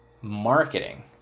marketing